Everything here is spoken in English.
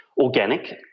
Organic